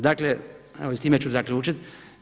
Dakle, evo i s time ću zaključiti.